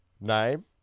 name